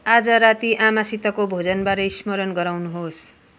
आज राति आमासितको भोजनबारे स्मरण गराउनुहोस्